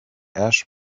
ash